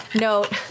note